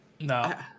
No